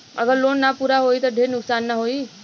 अगर लोन ना पूरा होई त ढेर नुकसान ना होई